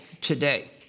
today